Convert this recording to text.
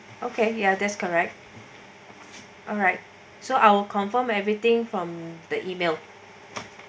okay ya that's correct alright so I will confirm everything from the email